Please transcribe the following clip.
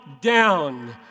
down